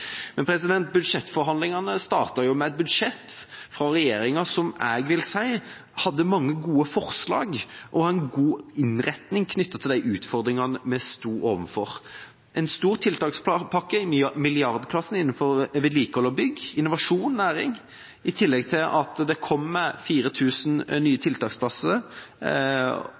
men det blir et viktig tiltak for å nå dem som står langt unna arbeidslivet. Budsjettforhandlingene startet med et budsjett fra regjeringa som jeg vil si hadde mange gode forslag og en god innretning knyttet til utfordringene vi sto overfor, med en stor tiltakspakke i milliardklassen innenfor vedlikehold, bygg, innovasjon og næring, i tillegg til at det kom 4 000 nye